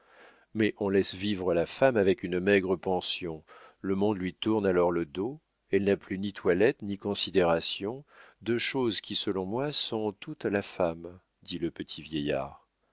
mais on laisse vivre la femme avec une maigre pension le monde lui tourne alors le dos elle n'a plus ni toilette ni considération deux choses qui selon moi sont toute la femme dit le petit vieillard